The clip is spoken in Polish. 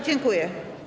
Dziękuję.